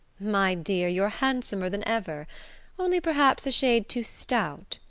my dear, you're handsomer than ever only perhaps a shade too stout.